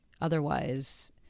otherwise